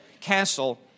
Castle